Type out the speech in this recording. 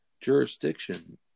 jurisdiction